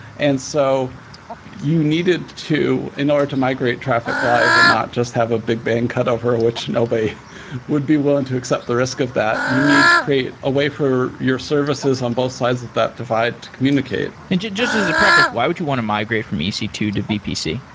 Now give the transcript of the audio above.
and so you needed to in order to migrate traffic live and not just have a big bang cutover, which nobody would be willing to accept the risk of that. you need to create a way for your services on both sides of that divide to communicate. and just as a preface, why would you want to migrate from e c two to vpc?